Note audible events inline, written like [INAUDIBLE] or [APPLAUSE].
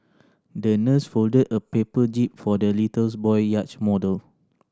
the nurse folded a paper jib for the little [UNINTELLIGIBLE] boy yacht model